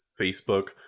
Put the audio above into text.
Facebook